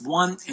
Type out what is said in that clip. one